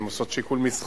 הן עושות שיקול מסחרי.